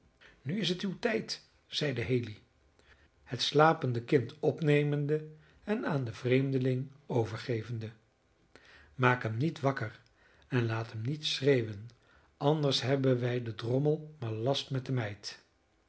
nu is het uw tijd zeide haley het slapende kind opnemende en aan den vreemdeling overgevende maak hem niet wakker en laat hem niet schreeuwen anders hebben wij den drommel maar last met de meid